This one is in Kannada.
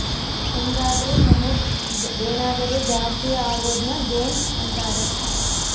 ಹೆಂಗಾದ್ರು ನಮುಗ್ ಏನಾದರು ಜಾಸ್ತಿ ಅಗೊದ್ನ ಗೇನ್ ಅಂತಾರ